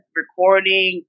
recording